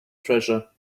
treasure